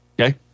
Okay